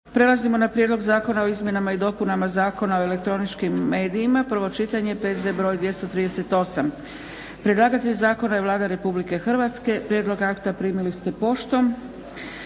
Prelazimo na - prijedlog Zakona o izmjenama i dopunama Zakona o elektroničkim medijima, prvo čitanje, P.Z. br. 238 Predlagatelj zakona je Vlada Republike Hrvatske. Prijedlog akta primili ste poštom.